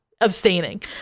abstaining